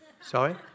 Sorry